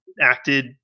acted